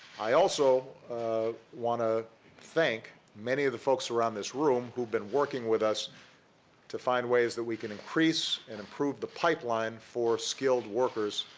i also want to thank many of the folks around this room who've been working with us to find ways that we can increase and improve the pipeline for skilled workers